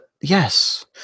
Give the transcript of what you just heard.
Yes